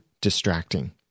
distracting